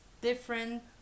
different